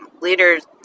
leaders